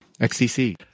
XCC